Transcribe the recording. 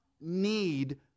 need